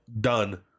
Done